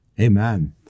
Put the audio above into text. Amen